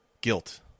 guilt